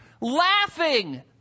laughing